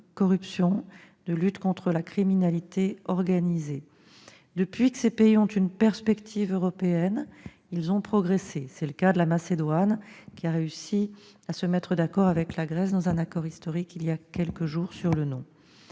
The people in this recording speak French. corruption et de lutte contre la criminalité organisée. Depuis que ces pays ont une perspective européenne, ils ont progressé. C'est le cas de la Macédoine, qui a réussi à se mettre d'accord sur son nom avec la Grèce dans un accord historique conclu il y a quelques jours.